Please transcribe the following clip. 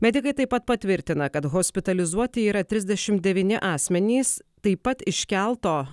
medikai taip pat patvirtina kad hospitalizuoti yra trisdešimt devyni asmenys taip pat iš kelto